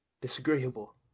disagreeable